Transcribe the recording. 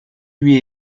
lui